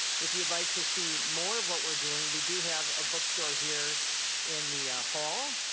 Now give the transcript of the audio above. if you'd like to see more of what we're doing, we do have a book store here in the hall,